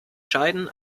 scheiden